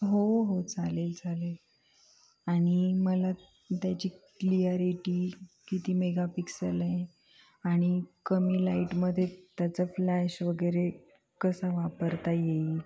हो हो चालेल चालेल आणि मला त्याची क्लियॅरिटी किती मेगापिक्सेल आहे आणि कमी लाईटमध्ये त्याचा फ्लॅश वगैरे कसा वापरता येईल